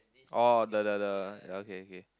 oh the the the okay okay